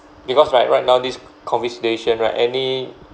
because right right now this COVID situation right any